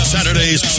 Saturdays